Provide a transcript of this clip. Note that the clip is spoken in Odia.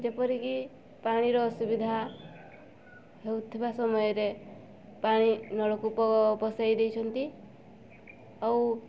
ଯେପରିକି ପାଣିର ଅସୁବିଧା ହେଉଥିବା ସମୟରେ ପାଣି ନଳକୂପ ବସାଇ ଦେଇଛନ୍ତି ଆଉ